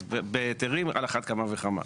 אז בהיתרים, על אחת כמה וכמה.